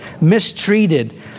mistreated